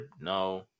no